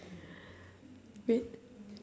wait